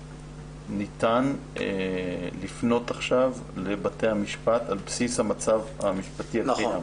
ניתן לפנות עכשיו לבתי המשפט על בסיס המצב המשפטי הקיים.